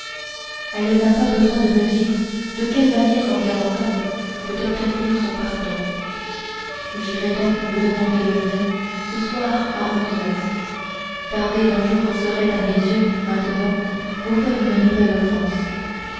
elle n'a pas besoin de me dire de quelle manière un galant homme peut obtenir son pardon j'irai donc vous demander le mien ce soir à onze heures tarder d'un jour serait à mes yeux maintenant vous faire une nouvelle offense